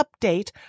update